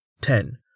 ten